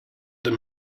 him